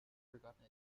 forgotten